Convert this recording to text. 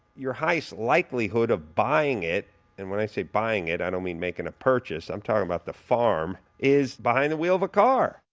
your highest likelihood of buying it and when i say buying it, i don't mean making a purchase, i'm talking about the farm is behind the wheel of a car!